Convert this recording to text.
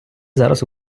зараз